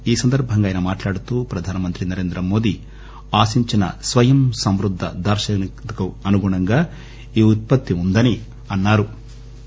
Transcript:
ఈ సందర్బంగా ఆయన మాట్లాడుతూ ప్రధాన మంత్రి నరేంద్రమోదీ ఆశించిన స్వయం సంవృద్ద దార్ళనికతకు అనుగుణంగా ఈ ఉత్పత్తి ఉందని అన్నారు